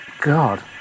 god